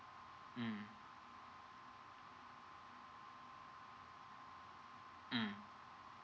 mm